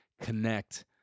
connect